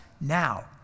now